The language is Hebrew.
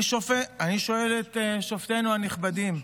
אני שואל את שופטינו הנכבדים: